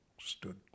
stood